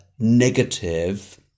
negative